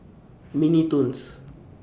Mini Toons